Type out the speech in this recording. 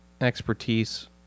expertise